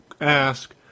ask